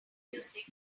music